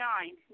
Nine